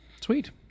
Sweet